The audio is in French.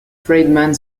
friedman